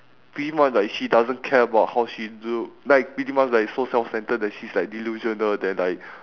pretty much like she doesn't care about how she look like pretty much like it's so self-centred that she's like delusional then like